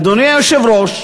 אדוני היושב-ראש,